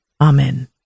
Amen